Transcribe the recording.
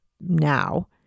now